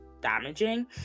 damaging